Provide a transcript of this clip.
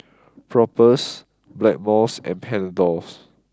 Propass Blackmores and Panadols